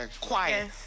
Quiet